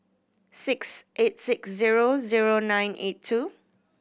six eight six zero zero nine eight two